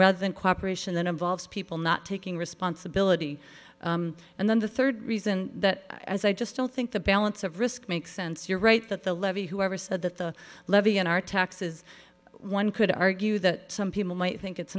rather than cooperation then involves people not taking responsibility and then the third reason that as i just don't think the balance of risk makes sense you're right that the levy whoever said that the levy on our taxes one could argue that some people might think it's